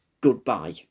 goodbye